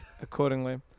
Accordingly